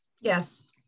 Yes